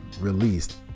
released